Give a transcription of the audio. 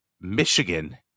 michigan